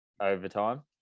overtime